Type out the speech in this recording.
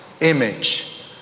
image